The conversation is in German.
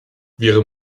wir